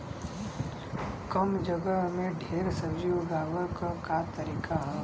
कम जगह में ढेर सब्जी उगावे क का तरीका ह?